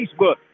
Facebook